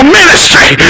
ministry